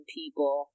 people